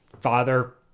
father